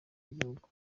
y’igihugu